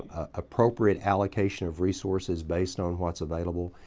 appropriate allocation of resources based on what's available.